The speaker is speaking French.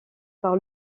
par